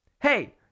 Hey